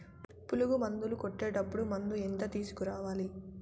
పులుగు మందులు కొట్టేటప్పుడు మందు ఎంత తీసుకురావాలి?